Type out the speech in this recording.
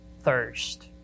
thirst